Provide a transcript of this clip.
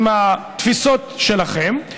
עם התפיסות שלכם,